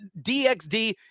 DXD